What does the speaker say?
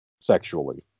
sexually